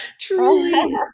Truly